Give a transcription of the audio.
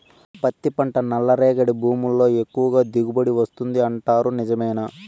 పత్తి పంట నల్లరేగడి భూముల్లో ఎక్కువగా దిగుబడి వస్తుంది అంటారు నిజమేనా